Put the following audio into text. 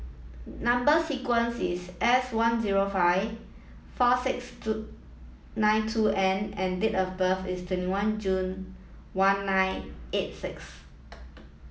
number sequence is S one zero five four six two nine two N and date of birth is twenty one June one nine eight six